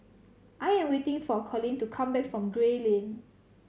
I am waiting for Collin to come back from Gray Lane